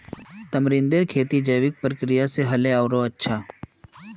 तमरींदेर खेती जैविक प्रक्रिया स ह ल आरोह अच्छा